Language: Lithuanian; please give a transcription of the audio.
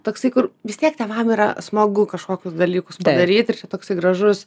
toksai kur vis tiek tėvam yra smagu kažkokius dalykus daryti ir čia toks gražus